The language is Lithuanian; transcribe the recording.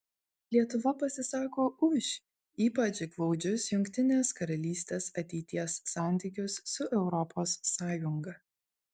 lietuva pasisako už ypač glaudžius jungtinės karalystės ateities santykius su europos sąjunga